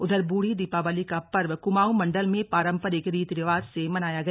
उधर बूढ़ी दीपावली का पर्व कुमाऊं मंडल में पारंपरिक रीति रिवाज से मनाया गया